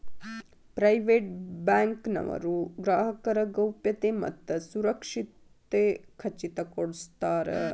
private bank ನವರು ಗ್ರಾಹಕರ ಗೌಪ್ಯತೆ ಮತ್ತ ಸುರಕ್ಷತೆ ಖಚಿತ ಕೊಡ್ಸತಾರ